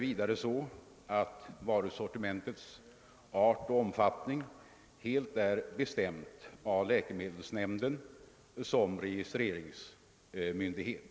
Varusortimentets art och omfattning bestäms vidare helt av läkemedelsnämnden, som är registreringsmyndighet.